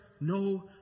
no